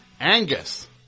Angus